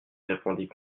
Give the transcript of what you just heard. répondit